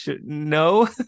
no